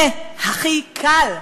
זה הכי קל.